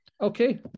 Okay